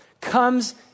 comes